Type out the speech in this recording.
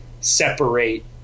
separate